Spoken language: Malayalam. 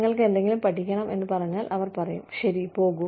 നിങ്ങൾക്ക് എന്തെങ്കിലും പഠിക്കണം എന്ന് പറഞ്ഞാൽ അവർ പറയും ശരി പോകൂ